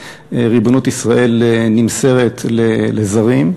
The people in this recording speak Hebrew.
ריבונות ישראל נמסרת לזרים.